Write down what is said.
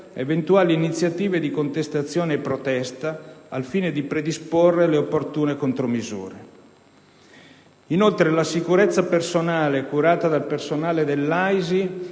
eventuali iniziative di contestazione e protesta, al fine di predisporre le opportune contromisure. Inoltre, la sicurezza personale curata dal personale dell'AISI